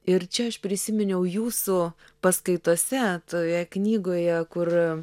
ir čia aš prisiminiau jūsų paskaitose toje knygoje kur